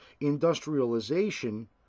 industrialization